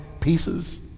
pieces